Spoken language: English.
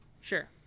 Sure